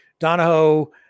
Donahoe